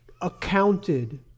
accounted